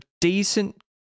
decent